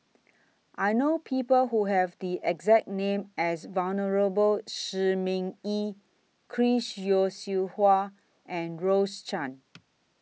I know People Who Have The exact name as Venerable Shi Ming Yi Chris Yeo Siew Hua and Rose Chan